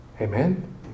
Amen